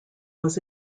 was